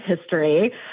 history